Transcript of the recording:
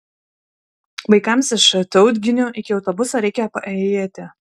vaikams iš tautginių iki autobuso reikia paėjėti